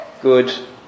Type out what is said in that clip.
good